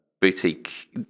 Boutique